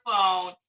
phone